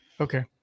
Okay